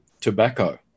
tobacco